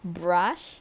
brush